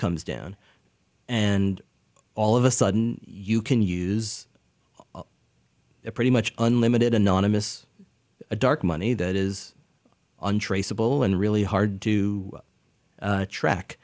comes down and all of a sudden you can use pretty much unlimited anonymous dark money that is untraceable and really hard to track